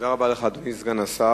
תודה רבה לך, אדוני סגן השר.